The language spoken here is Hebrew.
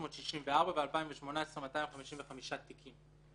364 וב-2018 255 תיקים.